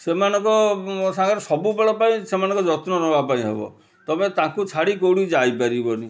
ସେମାନଙ୍କ ସାଙ୍ଗରେ ସବୁବେଳେ ପାଇଁ ସେମାନଙ୍କ ଯତ୍ନ ନେବା ପାଇଁ ହେବ ତମେ ତାଙ୍କୁ ଛାଡ଼ି କଉଠିକି ଯାଇପାରିବନି